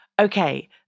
Okay